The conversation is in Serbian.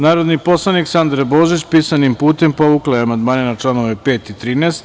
Narodni poslanik Sandra Božić pisanim putem povukla je amandmane na članove 5. i 13.